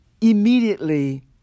immediately